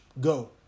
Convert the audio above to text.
Go